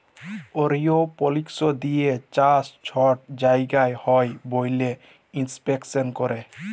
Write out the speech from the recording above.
এরওপলিক্স দিঁয়ে চাষ ছট জায়গায় হ্যয় ব্যইলে ইস্পেসে ক্যরে